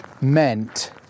meant